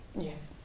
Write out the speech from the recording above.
Yes